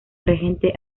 regente